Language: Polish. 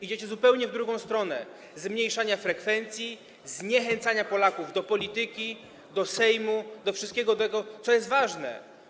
Idziecie zupełnie w drugą stronę, w stronę zmniejszania frekwencji, zniechęcania Polaków do polityki, do Sejmu, do wszystkiego tego, co jest ważne.